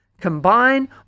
combine